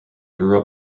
grew